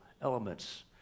elements